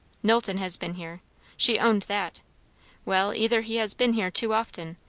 knowlton has been here she owned that well, either he has been here too often,